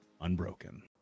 unbroken